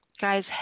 guys